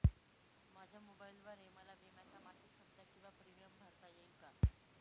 माझ्या मोबाईलद्वारे मला विम्याचा मासिक हफ्ता किंवा प्रीमियम भरता येईल का?